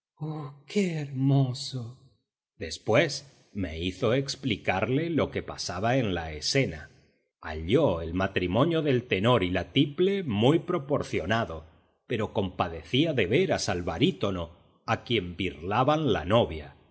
qué hermoso después me hizo explicarle lo que pasaba en la escena halló el matrimonio del tenor y la tiple muy proporcionado pero compadecía de veras al barítono a quien birlaban la novia